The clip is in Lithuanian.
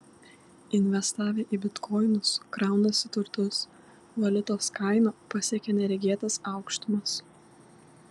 investavę į bitkoinus kraunasi turtus valiutos kaina pasiekė neregėtas aukštumas